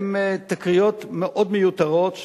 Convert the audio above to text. הן תקריות מאוד מיותרות,